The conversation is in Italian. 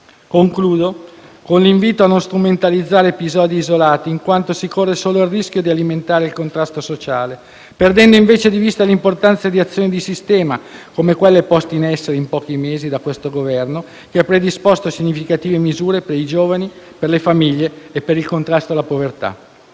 Concludo con l'invito a non strumentalizzare episodi isolati, in quanto si corre solo il rischio di alimentare il contrasto sociale, perdendo invece di vista l'importanza di azioni di sistema, come quelle poste in essere in pochi mesi da questo Governo, che ha predisposto significative misure per i giovani, per le famiglie e per il contrasto alla povertà.